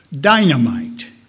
dynamite